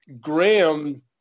Graham